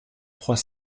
trois